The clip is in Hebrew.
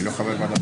זה נורא ואיום.